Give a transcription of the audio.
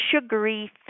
sugary